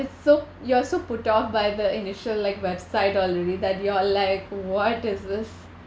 so you're so put off by the initial like website already that you're like what is this